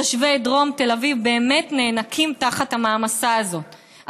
תושבי דרום תל אביב באמת נאנקים תחת המעמסה הזאת,